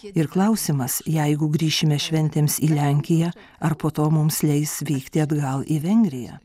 ir klausimas jeigu grįšime šventėms į lenkiją ar po to mums leis vykti atgal į vengriją